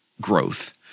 growth